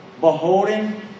Beholding